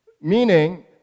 meaning